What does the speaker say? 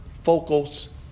focus